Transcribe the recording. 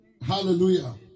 Hallelujah